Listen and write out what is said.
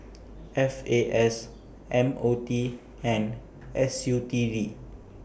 F A S M O T and S U T D